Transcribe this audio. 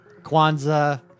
kwanzaa